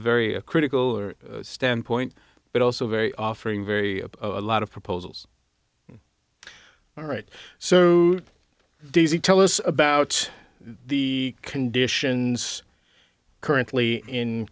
very critical or standpoint but also very offering very a lot of proposals all right so does it tell us about the conditions currently in